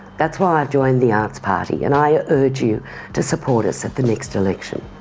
that's why i've joined the arts party, and i urge you to support us at the next election.